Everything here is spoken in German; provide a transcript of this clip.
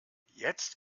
jetzt